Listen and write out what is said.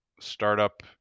startup